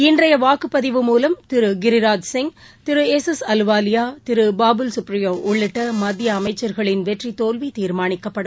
இன்றையவாக்குப்பதிவு மூலம் திருகிராஜ் சிங் திரு எஸ் எஸ் அலுவாலியா திருபாபுல் சுப்ரியோஉள்ளிட்டமத்தியஅமைச்சர்களின் வெற்றிதோல்விதீர்மானிக்கப்படும்